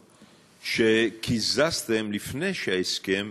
שקיזזתם לפני שההסכם